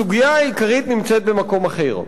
הסוגיה העיקרית נמצאת במקום אחר,